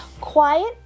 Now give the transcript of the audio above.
Quiet